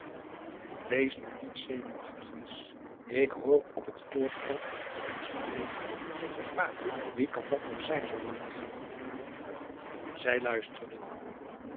wees nu niet zenuwachtig wies ik hoor op het voorerf nog iemand spreken met je pa wie kan dat nog zijn zoo laat zij luisterden